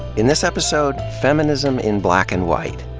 in this episode, feminism in black and white.